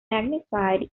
magnified